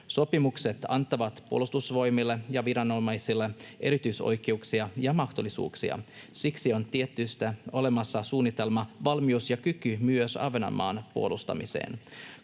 Sopimukset antavat Puolustusvoimille ja muille viranomaisille erityisoikeuksia ja mahdollisuuksia. Siksi on tietysti olemassa suunnitelma, valmius ja kyky myös Ahvenanmaan puolustamiseen.